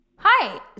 Hi